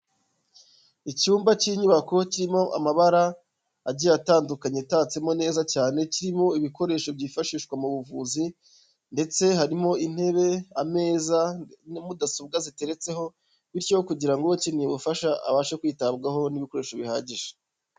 Icyumba k'inyubako kirimo amabara, agiye atandukanye atatsemo neza cyane kirimo ibikoresho byifashishwa mu buvuzi ndetse harimo intebe, ameza na mudasobwa ziteretseho bityo kugira ngo ukeneye ubufasha abashe kwitabwaho n'ibikoresho bihagije.